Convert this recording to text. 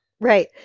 Right